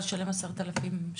נוכחות?